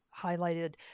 highlighted